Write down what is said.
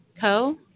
Co